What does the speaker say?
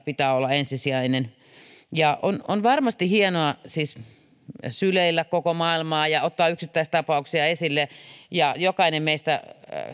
pitää olla ensisijainen on on varmasti hienoa syleillä koko maailmaa ja ottaa yksittäistapauksia esille ja jokainen meistä